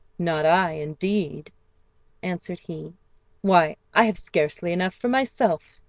not i, indeed answered he why i have scarcely enough for myself.